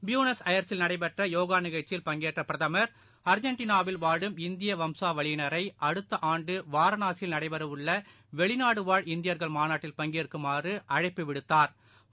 Buenos அயர்ஸில் நடைபெற்றயோகாநிகழ்ச்சியில பங்கேற்றபிரதமா் அர்ஜென்டினாவில் வாழும் இந்தியவம்சாவளியினரை அடுத்தஆண்டுவாரணாசியில் நடைபெறஉள்ளவெளிநாடுவாழ் இந்தியர்கள் மாநாட்டில் பங்கேற்குமாறுஅழைப்பு விடுத்தாா்